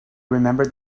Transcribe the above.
remembered